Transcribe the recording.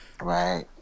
Right